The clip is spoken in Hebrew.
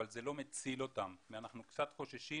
אבל זה לא מציל אותם ואנחנו קצת חוששים